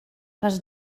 les